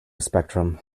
spectrum